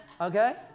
okay